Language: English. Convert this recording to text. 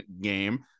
game